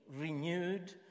renewed